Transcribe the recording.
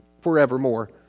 forevermore